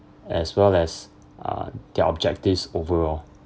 as well as uh their objectives overall